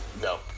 No